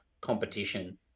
competition